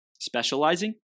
specializing